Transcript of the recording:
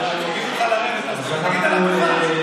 יגידו לך לרדת, אז תגיד על הדוכן.